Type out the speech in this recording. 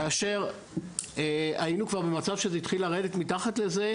כאשר היינו כבר במצב שזה התחיל לרדת מתחת לזה,